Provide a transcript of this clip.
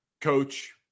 Coach